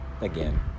Again